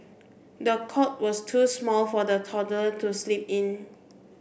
the cot was too small for the toddler to sleep in